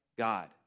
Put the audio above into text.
God